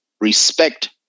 respect